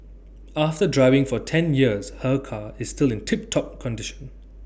after driving for ten years her car is still in tip top condition